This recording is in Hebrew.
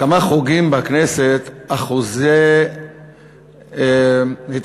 כמה חוגים בכנסת אחוזי התעניינות